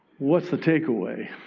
what's the take away?